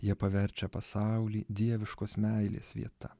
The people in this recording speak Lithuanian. jie paverčia pasaulį dieviškos meilės vieta